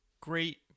Great